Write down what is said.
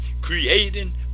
creating